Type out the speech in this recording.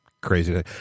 crazy